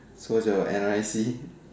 so what's your N_R_I_C